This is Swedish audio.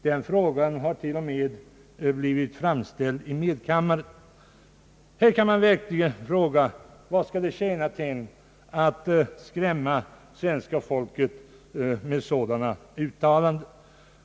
Den har till och med framställts i medkammaren. Man kan verkligen fråga sig vad det skall tjäna till att skrämma svenska folket med sådana uttalanden.